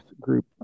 group